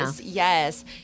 Yes